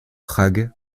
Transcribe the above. prague